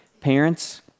parents